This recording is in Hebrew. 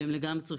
והם גם צריכים.